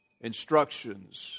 instructions